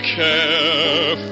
care